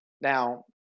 Now